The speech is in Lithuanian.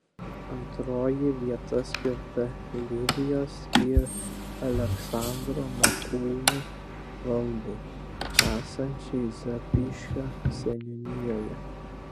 antroji vieta skirta livijos ir aleksandro makūnų valdai esančiai zapyškio seniūnijoje